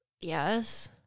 Yes